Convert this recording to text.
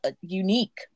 unique